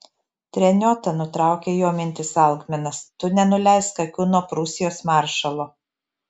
treniota nutraukė jo mintis algminas tu nenuleisk akių nuo prūsijos maršalo